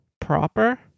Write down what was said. proper